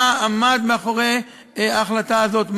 מה עמד מאחורי ההחלטה הזאת,